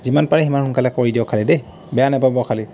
যিমান পাৰে সিমান সোনকালে কৰি দিয়ক খালী দেই বেয়া নেপাব খালী